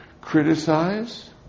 criticize